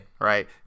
Right